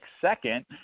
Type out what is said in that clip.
second